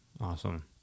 Awesome